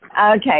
Okay